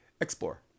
explore